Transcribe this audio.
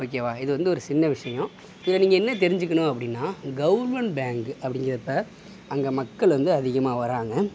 ஓகேவா இது வந்து ஒரு சின்ன விஷயம் இதை நீங்கள் என்ன தெரிஞ்சுக்கணும் அப்படின்னா கவுர்மெண்ட் பேங்க்கு அப்படிங்கிறப்ப அங்கே மக்கள் வந்து அதிகமாக வராங்க